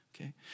okay